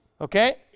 Okay